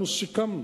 אנחנו סיכמנו.